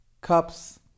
cups